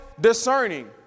discerning